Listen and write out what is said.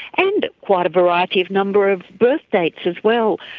and quite a variety of number of birthdates as well.